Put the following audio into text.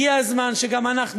הגיע הזמן שגם אנחנו,